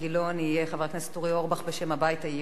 יהיה חבר הכנסת אורי אורבך בשם הבית היהודי,